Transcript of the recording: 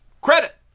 credit